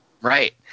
Right